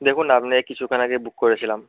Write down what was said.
দেখুন আপনি কিছুক্ষণ আগেই বুক করেছিলাম